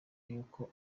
yuko